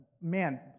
man